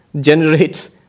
generates